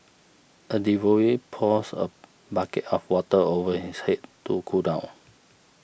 a devotee pours a bucket of water over his head to cool down